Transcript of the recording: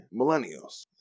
Millennials